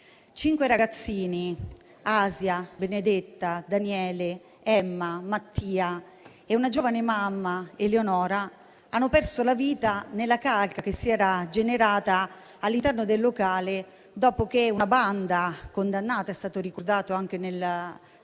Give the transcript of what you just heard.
cinque ragazzini, Asia, Benedetta, Daniele, Emma e Mattia, e una giovane mamma, Eleonora, hanno perso la vita nella calca che si era generata all'interno del locale, dopo che una banda, poi condannata, per il tentativo